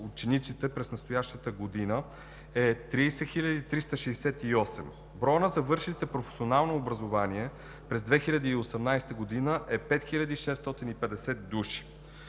учениците през настоящата година е 30 368. Броят на завършилите професионално образование през 2018 г. е 5650 души.